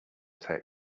take